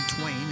Twain